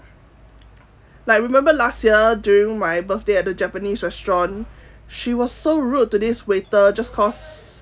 like remember last year during my birthday at the japanese restaurant she was so rude to this waiter just cause